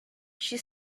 she